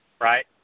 right